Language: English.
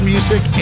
Music